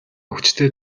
хүчтэй